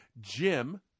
Jim